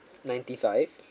ninety five